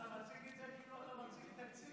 גלעד, אתה מציג את זה כאילו אתה מציג תקציב.